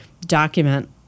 document